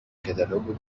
catalogue